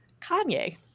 Kanye